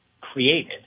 created